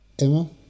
emma